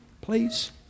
please